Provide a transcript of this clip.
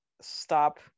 stop